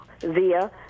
via